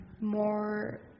more